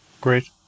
great